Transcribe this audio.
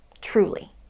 truly